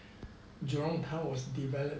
jurong town was developed